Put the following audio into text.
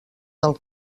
del